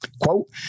Quote